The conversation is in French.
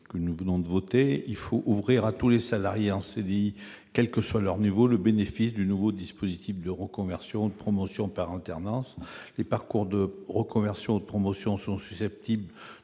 que nous venons d'examiner. Il convient d'ouvrir à tous les salariés en CDI, quel que soit leur niveau, le bénéfice du nouveau dispositif de reconversion ou de promotion par alternance. Les parcours de reconversion ou de promotion sont susceptibles